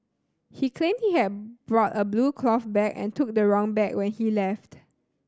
he claimed he had brought a blue cloth bag and took the wrong bag when he left